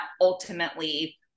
ultimately